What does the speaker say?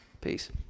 Peace